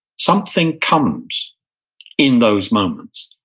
something comes in those moments.